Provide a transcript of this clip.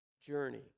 journey